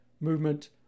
movement